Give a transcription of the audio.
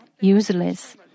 useless